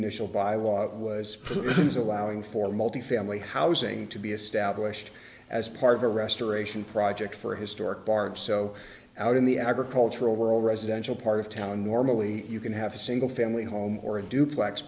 allowing for multifamily housing to be established as part of a restoration project for historic barbe so out in the agricultural world residential part of town normally you can have a single family home or a duplex